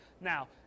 Now